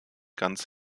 ganz